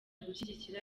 gushyigikira